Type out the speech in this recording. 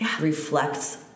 reflects